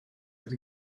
fydd